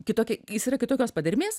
kitoki jis yra kitokios padermės